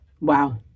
Wow